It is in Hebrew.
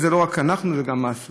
וזה לא רק אנחנו, זה גם הסביבה.